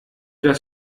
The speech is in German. das